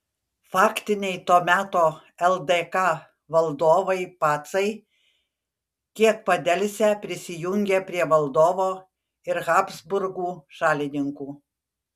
faktiniai to meto ldk valdovai pacai kiek padelsę prisijungė prie valdovo ir habsburgų šalininkų